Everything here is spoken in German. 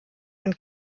ein